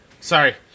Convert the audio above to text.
Sorry